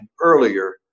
earlier